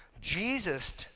Jesus